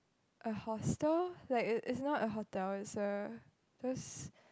a hostel like it it is not a hotel is a because